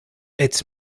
its